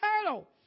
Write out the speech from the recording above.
eternal